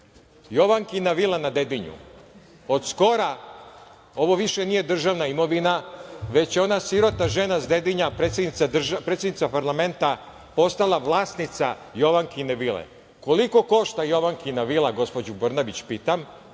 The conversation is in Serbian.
Jovankina vila na Dedinju od skora ovo više nije državna imovina, već je ona sirota žena sa Dedinje, predsednica parlamenta, postala vlasnica Jovankine vile. Koliko košta Jovankina vila, gospođu Brnabić pitam,